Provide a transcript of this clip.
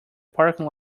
parking